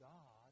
God